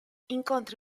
incontri